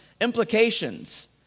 implications